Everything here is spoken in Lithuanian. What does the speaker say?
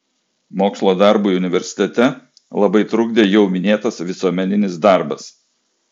mokslo darbui universitete labai trukdė jau minėtas visuomeninis darbas